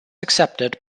accepted